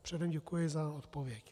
Předem děkuji za odpověď.